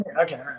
Okay